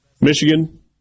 Michigan